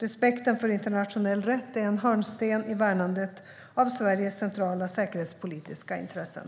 Respekten för internationell rätt är en hörnsten i värnandet av Sveriges centrala säkerhetspolitiska intressen.